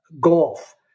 golf